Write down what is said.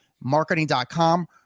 marketing.com